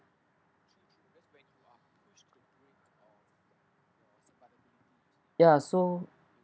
ya so